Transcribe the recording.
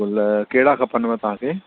ग़ुल कहिड़ा खपंदव तव्हांखे